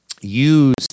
use